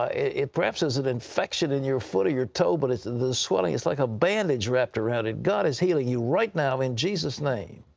ah it perhaps is an infection in your foot or your toe, but the swelling is like a bandage wrapped around it. god is healing you right now, in jesus' name.